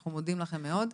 אנחנו מודים לכם מאוד.